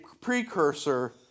precursor